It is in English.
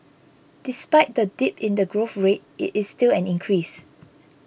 despite the dip in the growth rate it is still an increase